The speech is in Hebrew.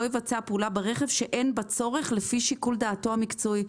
המשפט הוא "לא יבצע פעולה ברכב שאין בה צורך לפי שיקול דעתו המקצועי".